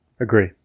Agree